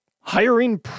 hiring